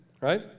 right